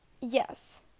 Yes